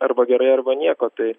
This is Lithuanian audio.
arba gerai arba nieko tai